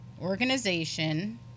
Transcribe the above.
organization